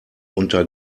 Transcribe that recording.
unter